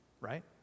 right